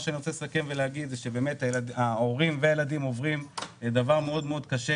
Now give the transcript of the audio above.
אני רוצה לסכם שההורים והילדים עוברים דבר קשה מאוד,